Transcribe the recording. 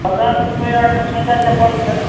पचास रुपआ के छोटा चप्पल छै